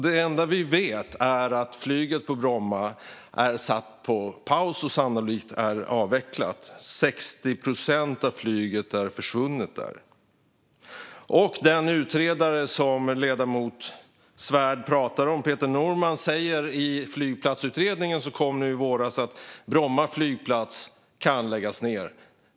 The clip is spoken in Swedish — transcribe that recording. Det enda vi vet är att flyget på Bromma är satt på paus och sannolikt kommer att avvecklas. 60 procent av flyget har försvunnit. Den utredare som ledamot Svärd pratar om, Peter Norman, säger i sin flygplatsutredning som lades fram i våras att Bromma flygplats kan läggas ned.